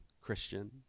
Christian